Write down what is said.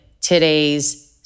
today's